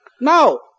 Now